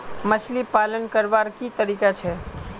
मछली पालन करवार की तरीका छे?